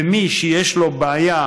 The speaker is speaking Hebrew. ומי שיש לו בעיה,